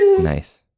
nice